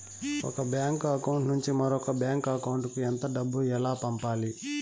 ఒక bank account నుంచి మరొక బ్యాంకు అకౌంట్ కు ఎంత డబ్బు ఎలా పంపాలి